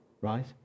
right